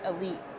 elite